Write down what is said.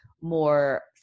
more